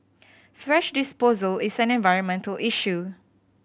thrash disposal is an environmental issue